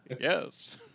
Yes